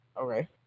Okay